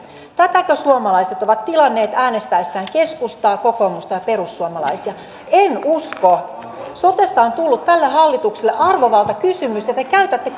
tätäkö suomalaiset ovat tilanneet äänestäessään keskustaa kokoomusta ja perussuomalaisia en usko sotesta on tullut tälle hallitukselle arvovaltakysymys ja te käytätte